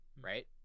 right